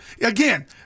again